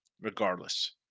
regardless